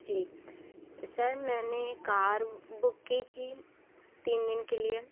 जी sir मैंने car book की थी तीन दिन के लिए